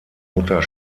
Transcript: mutter